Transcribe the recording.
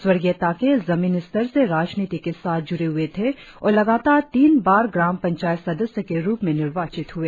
स्वर्गीय ताके जमीनी स्तर से राजनीति के साथ ज्ड़े हुए थे और लगातार तीन बार ग्राम पंचायत सदस्य के रुप में निर्वाचित हए